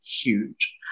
huge